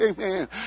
amen